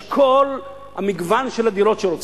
יש כל המגוון של הדירות שרוצים.